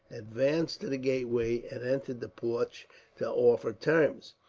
advanced to the gateway and entered the porch to offer terms.